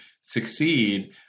succeed